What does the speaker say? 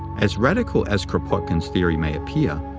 as radical as kropotkin's theory may appear,